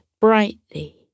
brightly